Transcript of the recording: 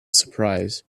surprise